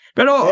Pero